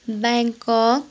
Bangkok